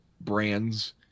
brands